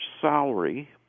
salary